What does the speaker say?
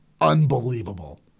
unbelievable